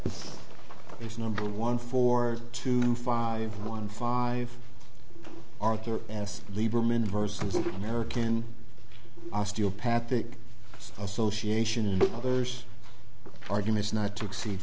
it's number one for two five one five arthur alce lieberman versus american osteopathic association and others arguments not to exceed